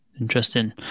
Interesting